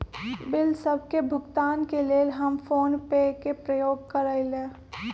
bill सभ के भुगतान के लेल हम फोनपे के प्रयोग करइले